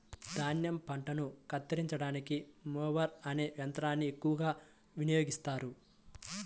ధాన్యం పంటలను కత్తిరించడానికి మొవర్ అనే యంత్రాన్ని ఎక్కువగా వినియోగిస్తారు